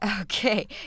Okay